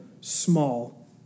small